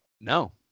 No